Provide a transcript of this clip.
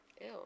Ew